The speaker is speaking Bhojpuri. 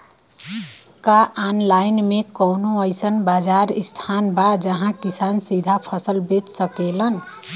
का आनलाइन मे कौनो अइसन बाजार स्थान बा जहाँ किसान सीधा फसल बेच सकेलन?